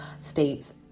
states